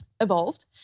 evolved